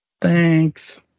Thanks